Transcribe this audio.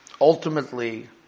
ultimately